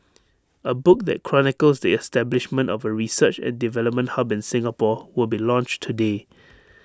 A book that chronicles the establishment of A research and development hub in Singapore will be launched today